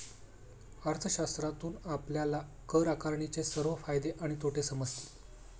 अर्थशास्त्रातून आपल्याला कर आकारणीचे सर्व फायदे आणि तोटे समजतील